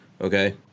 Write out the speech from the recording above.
okay